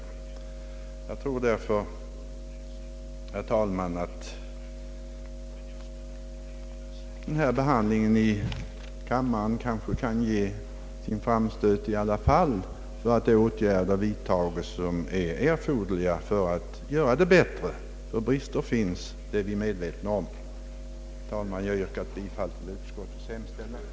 Jag tror ändock, herr talman, att denna behandling i kammaren kanske i alla fall kan ge frågan en stöt framåt, så att erforderliga åtgärder vidtas för att få till stånd en förbättring. Ty att brister finns är vi medvetna om. Herr talman! Jag yrkar bifall till utskottets hemställan.